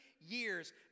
years